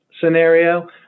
scenario